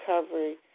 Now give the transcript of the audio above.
recovery